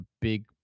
big